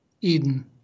Eden